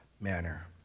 manner